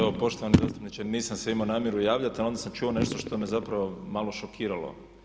Evo poštovani zastupniče, nisam se imao namjeru javljati ali onda sam čuo nešto što me zapravo malo šokiralo.